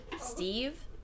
Steve